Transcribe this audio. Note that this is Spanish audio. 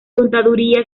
contaduría